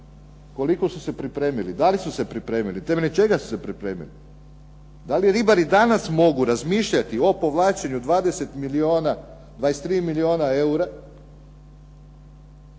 Koliko su se pripremili, da li su se pripremili, temeljem čega su se pripremili. Da li ribari danas mogu razmišljati o povlačenju 20 milijuna, 23 milijuna eura